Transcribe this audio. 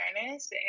awareness